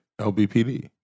LBPD